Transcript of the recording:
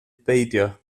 beidio